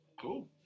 cool